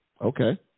Okay